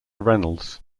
reynolds